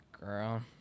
girl